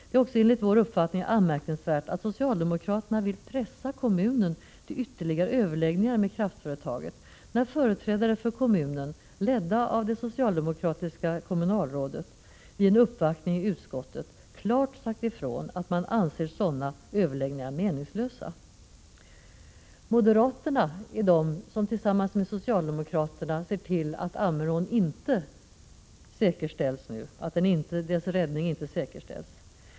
Det är också enligt vår uppfattning anmärkningsvärt att socialdemokraterna vill pressa kommunen till ytterligare överläggningar med kraftföretaget, när företrädare för kommunen, ledda av det socialdemokratiska kommunalrådet, vid en uppvaktning i utskottet klart har sagt ifrån att man anser sådana överläggningar meningslösa. Moderaterna tillsammans med socialdemokraterna ser till att Ammeråns räddning inte säkerställs.